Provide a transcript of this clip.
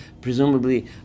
presumably